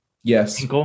Yes